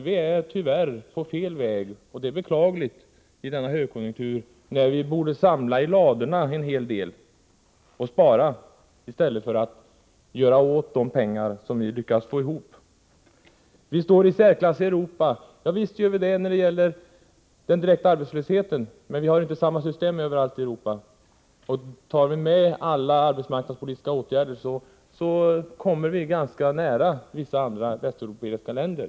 Vi är på fel väg, och det är beklagligt — när vi i denna högkonjunktur borde samla i ladorna och spara i stället för att göra av med de pengar som vi lyckats få ihop. Vi står i särklass i Europa — javisst, när det gäller den direkta arbetslösheten. Men man har inte samma system överallt. Tar man hänsyn till alla arbetsmarknadspolitiska åtgärder, kommer vi mycket nära andra västeuropeiska länder.